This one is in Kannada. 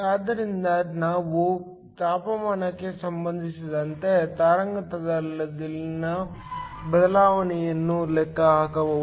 ಆದ್ದರಿಂದ ನಾವು ತಾಪಮಾನಕ್ಕೆ ಸಂಬಂಧಿಸಿದಂತೆ ತರಂಗಾಂತರದಲ್ಲಿನ ಬದಲಾವಣೆಯನ್ನು ಲೆಕ್ಕ ಹಾಕಬಹುದು